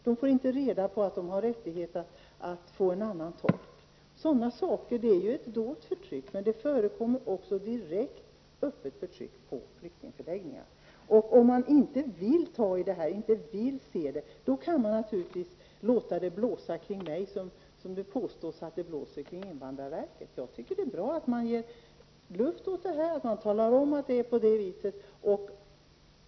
De får inte veta att de har rättighet att få en annan tolk. Sådana saker är ett dolt förtryck. Men det förekommer också direkt öppet förtryck på flyktingförläggningarna. Om man inte vill ta i detta, inte vill se det, kan man naturligtvis låta det blåsa kring mig som det påstås att det blåser kring invandrarverket. Jag tycker att det är bra att man ger luft åt detta, att man talar om att det förhåller sig på det här viset.